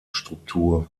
struktur